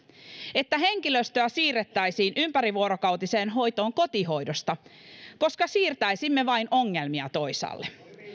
että henkilöstöä siirrettäisiin ympärivuorokautiseen hoitoon kotihoidosta koska siirtäisimme vain ongelmia toisaalle